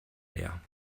leer